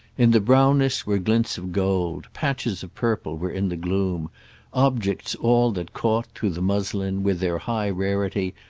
in the brownness were glints of gold patches of purple were in the gloom objects all that caught, through the muslin, with their high rarity,